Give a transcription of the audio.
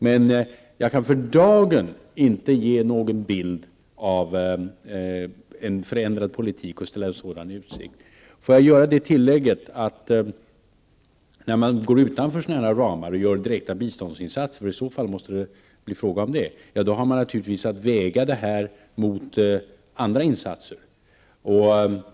Men jag kan för dagen inte ställa någon förändrad politik i utsikt. Låt mig göra tillägget, att när man går utanför sådana här ramar och gör direkta biståndsinsatser -- i så fall måste det bli fråga om det -- har man naturligtvis att väga det mot andra insatser.